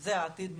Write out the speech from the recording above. וזה העתיד מבחינתי.